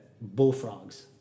bullfrogs